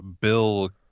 Bill